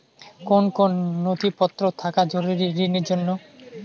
কোন কোন নথিপত্র থাকা জরুরি ঋণের জন্য?